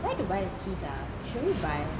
where to buy the cheese ah should we buy